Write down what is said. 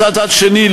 מצד שני,